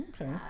Okay